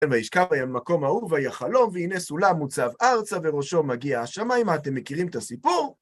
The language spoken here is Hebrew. וישכב במקום ההוא, ויחלום, והנה סולם מוצב ארצה, וראשו מגיע השמיימה. אתם מכירים את הסיפור?